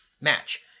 match